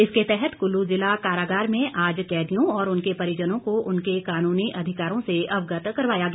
इसके तहत कुल्लू ज़िला कारागार में आज कैदियों और उनके परिजनों को उनके कानूनी अधिकारों से अवगत करवाया गया